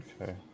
Okay